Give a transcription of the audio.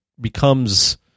becomes